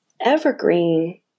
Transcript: Evergreen